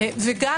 וגם